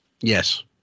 Yes